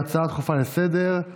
הבעת ההצעה הדחופה לסדר-היום,